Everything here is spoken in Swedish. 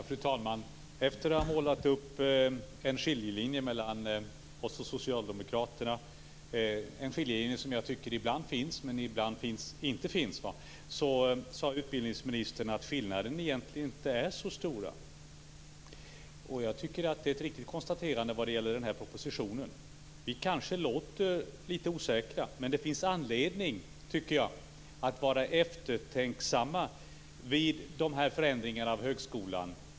Fru talman! Efter att ha målat upp en skiljelinje mellan oss och Socialdemokraterna - en skiljelinje som jag tycker ibland finns men ibland inte finns - sade utbildningsministern att skillnaderna egentligen inte är så stora. Det är ett riktigt konstaterande vad gäller den här propositionen. Vi kanske låter litet osäkra, men det finns anledning att vara eftertänksam vid dessa förändringar av högskolan.